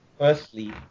Firstly